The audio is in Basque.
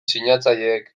sinatzaileek